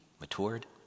matured